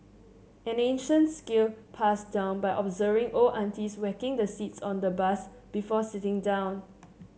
an ancient skill passed down by observing old aunties whacking the seats on the bus before sitting down